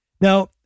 Now